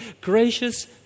gracious